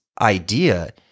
idea